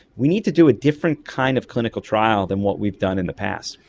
we need to do a different kind of clinical trial than what we've done in the past.